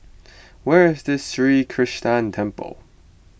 where is Sri Krishnan Temple